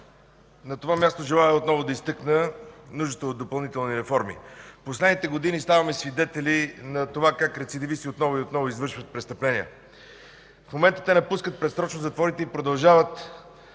На това място желая отново да изтъкна нуждата от допълнителни реформи. В последните години ставаме свидетели на това как рецидивисти отново и отново извършват престъпления. В момента те напускат предсрочно затворите и продължават